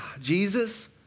Jesus